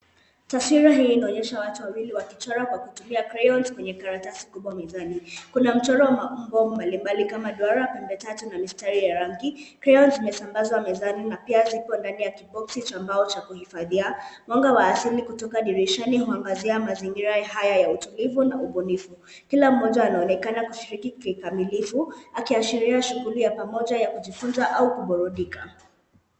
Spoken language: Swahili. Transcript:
Taswira hii inaonyesha watu wawili wakichora kwa kutumia crayons kwenye karatasi kubwa mezani. Kuna mchoro wa maumbo mbalimbali kama duara, pembe tatu, na mistari ya rangi. Crayons zimesambazwa mezani na pia zipo ndani ya kiboxi cha mbao cha kuhifadhia. Mwanga wa asili kutoka dirishani huangazia mazingira haya ya utulivu na ubunifu. Kila mmoja anaonekana kushiriki kikamilifu akiashiria shughuli ya pamoja ya kujifunza au kuburudika.